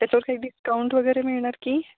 त्याच्यावर काही डिस्काउंट वगैरे मिळणार की